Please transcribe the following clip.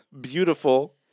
beautiful